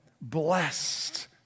blessed